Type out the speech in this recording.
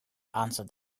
answered